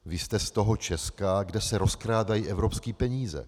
Vy jste z toho Česka, kde se rozkrádají evropské peníze...